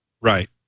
Right